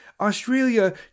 Australia